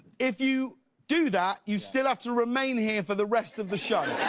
if you do that, you still have to remain here for the rest of the show.